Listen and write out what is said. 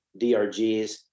DRGs